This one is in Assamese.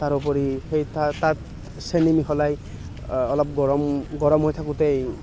তাৰোপৰি সেই তা তাত চেনি মিহলাই অলপ গৰম গৰম হৈ থাকোঁতেই